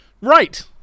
Right